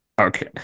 okay